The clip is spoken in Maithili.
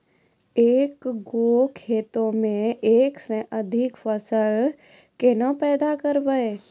एक गो खेतो मे एक से अधिक फसल केना पैदा करबै?